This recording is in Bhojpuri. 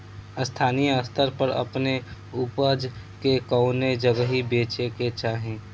स्थानीय स्तर पर अपने ऊपज के कवने जगही बेचे के चाही?